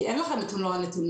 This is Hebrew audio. כי אין לכם את מלוא הנתונים,